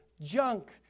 junk